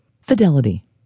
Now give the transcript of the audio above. Fidelity